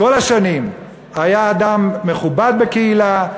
כל השנים, היה אדם מכובד בקהילה.